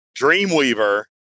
Dreamweaver